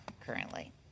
currently